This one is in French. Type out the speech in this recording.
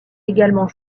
également